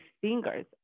fingers